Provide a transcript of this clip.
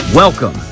Welcome